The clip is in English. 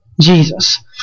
Jesus